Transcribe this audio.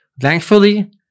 Thankfully